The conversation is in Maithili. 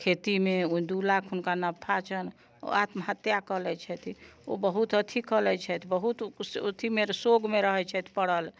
खेतीमे ओ दू लाख हुनका नफा छनि ओ आत्महत्या कऽ लैत छथिन ओ बहुत अथि कऽ लैत छथि बहुत अथिमे शोकमे रहैत छथि पड़ल